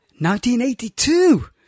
1982